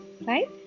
right